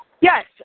Yes